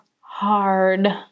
hard